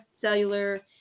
cellular